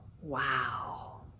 Wow